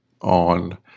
on